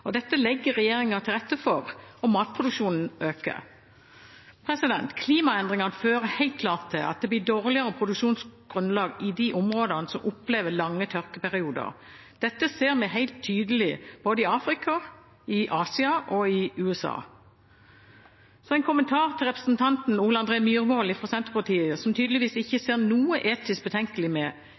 Dette legger regjeringen til rette for, og matproduksjonen øker. Klimaendringene fører helt klart til at det blir dårligere produksjonsgrunnlag i de områdene som opplever lange tørkeperioder. Dette ser vi helt tydelig både i Afrika, i Asia og i USA. Så en kommentar til representanten Ole André Myhrvold fra Senterpartiet, som tydeligvis ikke ser noen etiske betenkeligheter med